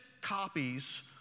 copies